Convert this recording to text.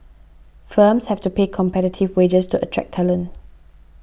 firms have to pay competitive wages to attract talent